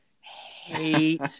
hate